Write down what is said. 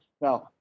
now